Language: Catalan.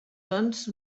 doncs